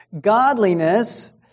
Godliness